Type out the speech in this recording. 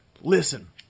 listen